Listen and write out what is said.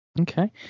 Okay